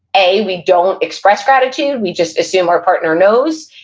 a, we don't express gratitude, we just assume our partner knows,